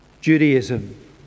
Judaism